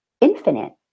infinite